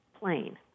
plane